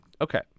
Okay